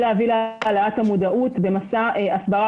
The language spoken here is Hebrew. בשביל להביא להעלאת המודעות במסע הסברה